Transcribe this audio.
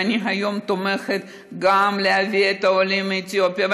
וגם היום אני תומכת בהבאת העולים מאתיופיה.